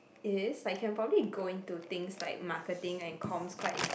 it is like can probably go into things like marketing and comms quite